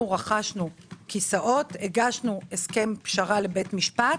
אנחנו רכשנו כיסאות והגשנו הסכם פשרה לבית משפט.